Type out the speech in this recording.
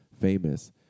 famous